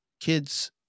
kids